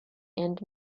and